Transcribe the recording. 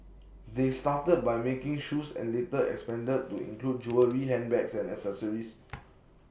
they started by making shoes and later expanded to include jewellery handbags and accessories